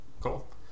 cool